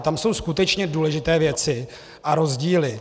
Tam jsou skutečně důležité věci a rozdíly.